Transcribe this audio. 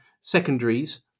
secondaries